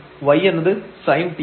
y എന്നത് sin t ഉം